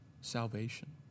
salvation